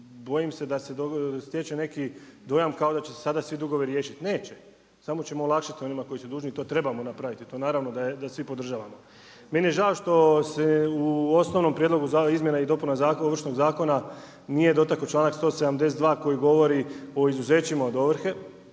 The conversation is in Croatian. bojim se da se stječe neki dojam kao da će se sada svi dugovi riješiti. Neće, samo ćemo olakšati onima koji su dužni i to trebamo napraviti i to naravno da svi podržavamo. Meni je žao što se u osnovnom prijedlogu izmjena i dopuna Ovršnog zakona nije dotakao članak 172. koji govori o izuzećima od ovrhe